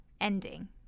ending